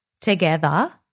together